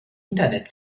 internet